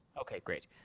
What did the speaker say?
okay, great.